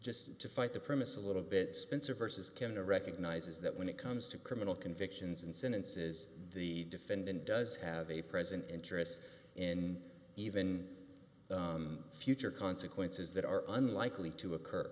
just to fight the premise a little bit spencer versus canada recognizes that when it comes to criminal convictions and sentences the defendant does have a present interest in even future consequences that are unlikely to